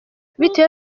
bitewe